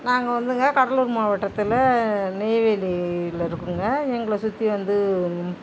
நாங்கள் வந்துங்க கடலூர் மாவட்டத்தில் நெய்வேலியில் இருக்கோங்க எங்களை சுற்றி வந்து